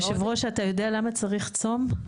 היושב-ראש, אתה יודע למה צריך צום?